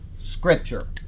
Scripture